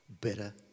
better